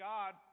God